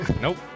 Nope